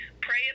pray